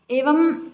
एवं